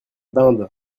dinde